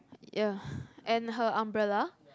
ya and her umbrella